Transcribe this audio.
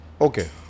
Okay